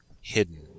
hidden